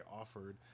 offered